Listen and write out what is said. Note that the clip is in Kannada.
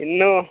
ಇನ್ನು